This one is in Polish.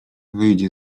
wyjdzie